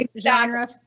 genre